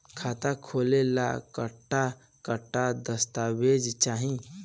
खाता खोले ला कट्ठा कट्ठा दस्तावेज चाहीं?